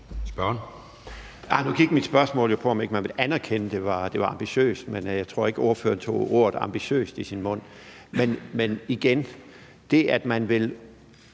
Spørger man